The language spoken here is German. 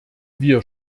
wir